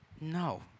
No